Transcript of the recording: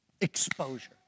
Exposure